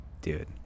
dude